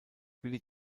willie